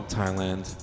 Thailand